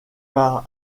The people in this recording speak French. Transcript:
par